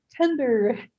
tender